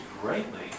greatly